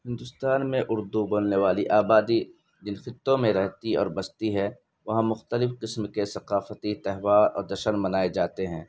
ہندوستان میں اردو بولنے والی آبادی جن خطوں میں رہتی اور بستی ہے وہاں مختلف قسم کے ثقافتی تہوار اور جشن منائے جاتے ہیں